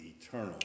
eternal